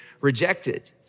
rejected